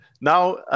now